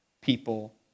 people